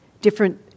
different